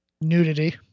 Nudity